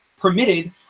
permitted